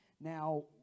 Now